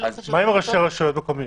מה עם ראשי רשויות מקומיות,